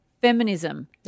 feminism